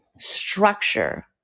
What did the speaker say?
structure